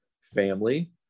family